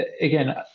again